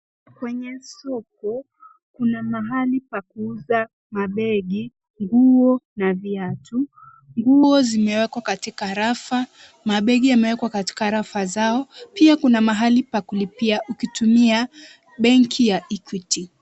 Kwenye soko kuna mahali pa kuuza mabegi, nguo na viatu. Nguo zimewekwa katika rafa, mabegi yamewekwa katika rafa zao pia kuna mahali pa kulipia ukitumia benki ya Equity.